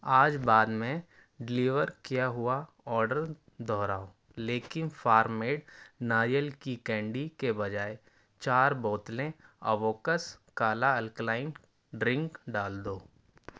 آج بار میں ڈلیور کیا ہوا آڈر دوہراؤ لیکن فار میڈ ناریل کی کینڈی کے بجائے چار بوتلیں اووکس کالا الکلائن ڈرنک ڈال دو